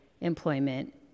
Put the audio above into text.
employment